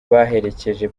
baherekeje